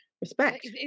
Respect